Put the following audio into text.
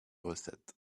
recette